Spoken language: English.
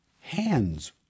hands